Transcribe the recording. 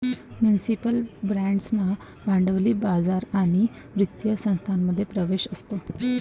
municipal बाँड्सना भांडवली बाजार आणि वित्तीय संस्थांमध्ये प्रवेश असतो